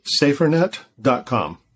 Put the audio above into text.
SaferNet.com